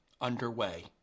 underway